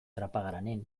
trapagaranen